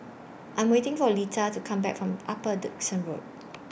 I Am waiting For Leta to Come Back from Upper Dickson Road